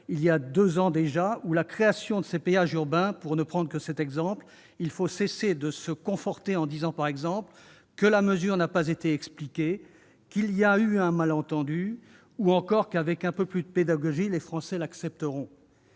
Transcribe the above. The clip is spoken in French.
il y a deux ans déjà, ou de la création des péages urbains, pour ne prendre que ces exemples, il faut cesser de se conforter dans cette voie en disant, par exemple, que la mesure n'a pas été expliquée, qu'il y a eu un malentendu ou encore que, avec un peu plus de pédagogie, les Français l'accepteront.